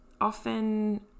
Often